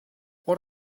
what